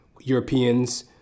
Europeans